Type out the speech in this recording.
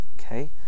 Okay